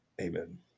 Amen